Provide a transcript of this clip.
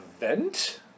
event